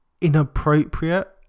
inappropriate